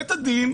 בית הדין,